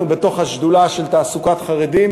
אנחנו בשדולה של תעסוקת חרדים,